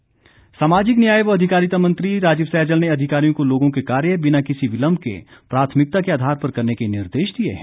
सैजल सामाजिक न्याय व अधिकारिता मंत्री राजीव सैजल ने अधिकारियों को लोगों के कार्य बिना किसी विलम्ब के प्राथमिकता के आधार पर करने के निर्देश दिए हैं